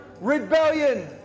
rebellion